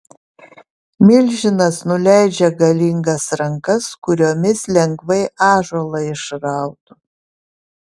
milžinas nuleidžia galingas rankas kuriomis lengvai ąžuolą išrautų